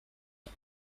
ans